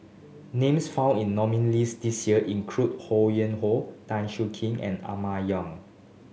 names found in nominees' list this year include Ho Yuen Hoe Tan Siak Kew and Emma Yong